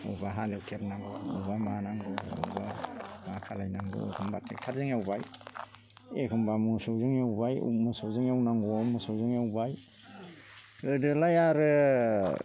बबेयावबा हालेवथेरनांगौ बबेयावबा मानांगौ बबेयावबा मा खालामनांगौ होमबा थेकटारजों एवबाय एखमबा मोसौजों एवबाय उ मोसौजों एवनांगौबा मोसौजों एवबाय गोदोलाय आरो